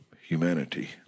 humanity